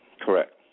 Correct